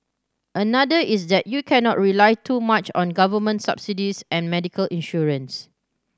another is that you cannot rely too much on government subsidies and medical insurance